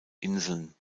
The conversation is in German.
inseln